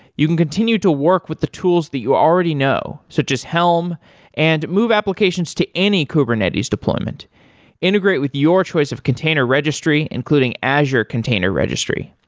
you can continue to work with the tools that you already know, know, so just helm and move applications to any kubernetes deployment integrate with your choice of container registry, including azure container registry.